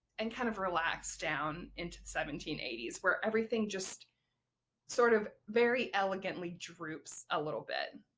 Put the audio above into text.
and kind of relaxed down into the seventeen eighty s where everything just sort of very elegantly droops a little bit.